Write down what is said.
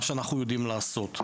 את מה שאנחנו יודעים לעשות.